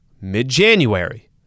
Mid-January